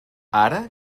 ara